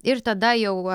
ir tada jau